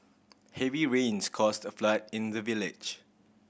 heavy rains caused a flood in the village